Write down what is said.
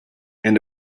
and